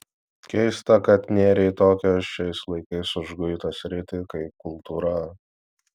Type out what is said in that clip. keista kad nėrei į tokią šiais laikais užguitą sritį kaip kultūra